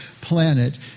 planet